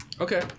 okay